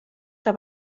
que